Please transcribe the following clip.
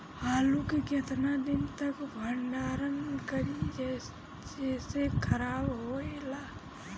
आलू के केतना दिन तक भंडारण करी जेसे खराब होएला?